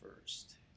first